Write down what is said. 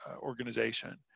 organization